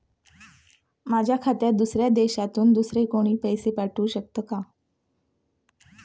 माझ्या खात्यात दुसऱ्या देशातून दुसरे कोणी पैसे पाठवू शकतो का?